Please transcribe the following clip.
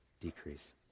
decrease